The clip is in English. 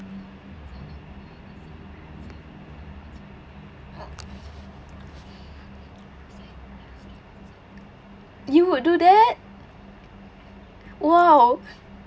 you would do that !wow!